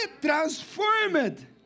transformed